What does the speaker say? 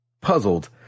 Puzzled